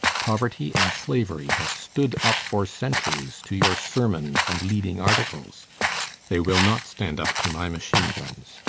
poverty and slavery have stood up for centuries to your sermons and leading articles they will not stand up to my machine guns.